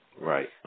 Right